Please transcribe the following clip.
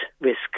risk